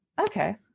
okay